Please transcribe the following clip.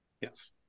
Yes